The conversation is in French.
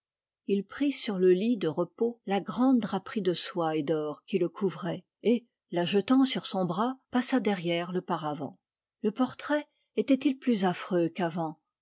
il prit sur le lit de repos la grande draperie de soie et d'or qui le couvrait et la jetant sur son bras passa derrière le paravent le portrait était-il plus affreux qu'avant